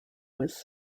was